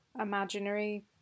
imaginary